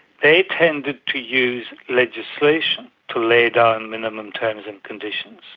they tended to use legislation to lay down minimum terms and conditions.